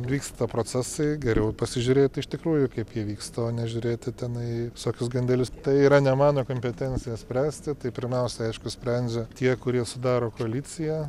vyksta procesai geriau pasižiūrėti iš tikrųjų kaip jie vyksta o nežiūrėti tenai sokius gandelius tai yra ne mano kompetencija spręsti tai pirmiausia aišku sprendžia tie kurie sudaro koaliciją